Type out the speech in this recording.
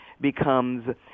becomes